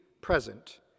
present